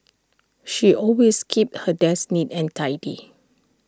she always keeps her desk neat and tidy